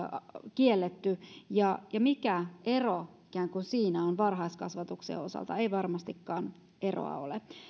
kielletty ja ja mikä ero siinä on varhaiskasvatukseen ei varmastikaan eroa ole